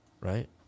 Right